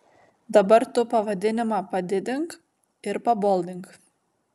dabar tu pavadinimą padidink ir paboldink